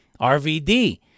RVD